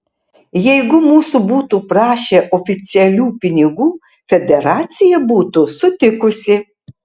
jeigu mūsų būtų prašę oficialių pinigų federacija būtų sutikusi